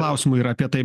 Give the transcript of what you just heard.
klausimų yra apie tai